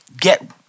get